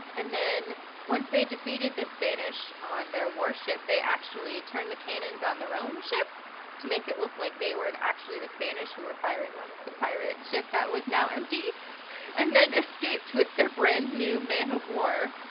and then once they had defeated the spanish, on their warship, they actually turned the cannons on their own ship to make it look like they were the, actually the spanish who were firing on the pirate ship that was now empty and then escaped with their brand new man o' war!